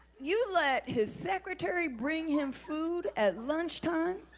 you let his secretary bring him food at lunchtime.